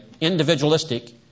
individualistic